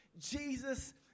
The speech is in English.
Jesus